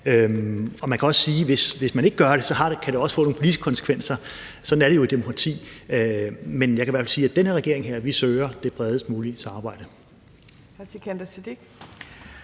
Man kan også sige: Hvis man ikke gør det, kan det også få nogle politiske konsekvenser. Sådan er det jo i et demokrati. Men jeg kan i hvert fald sige, at den her regering søger det bredest mulige samarbejde.